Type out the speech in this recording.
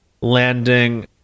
landing